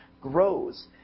grows